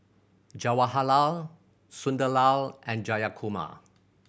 Jawaharlal Sunderlal and Jayakumar